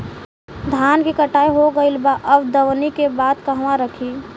धान के कटाई हो गइल बा अब दवनि के बाद कहवा रखी?